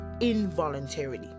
involuntarily